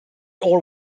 all